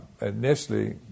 initially